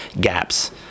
GAPS